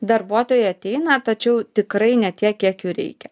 darbuotojai ateina tačiau tikrai ne tiek kiek jų reikia